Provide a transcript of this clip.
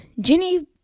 Ginny